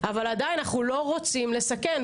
אבל עדיין אנחנו לא רוצים לסכן,